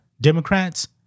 Democrats